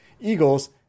Eagles